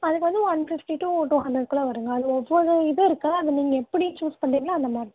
அதுக்கு வந்து one fifty to two hundred குள்ளே வருங்க அது ஒவ்வொரு இது இருக்குது அது நீங்கள் எப்படி சூஸ் பண்ணுறிங்களோ அந்தமாதிரி